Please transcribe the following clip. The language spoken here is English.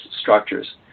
structures